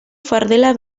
fardela